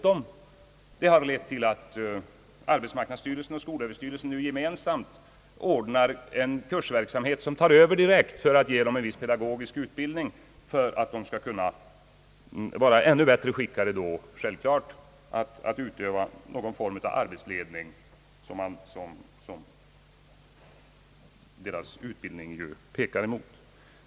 Detta har lett till att arbetsmarknadsstyrelsen och skolöverstyrelsen gemensamt ordnar en kursverksamhet som tar hand om dem direkt för att ge dem en pedagogisk utbildning i syfte att de skall bli ännu bättre skickade att utöva någon form av arbetsledning.